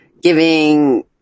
giving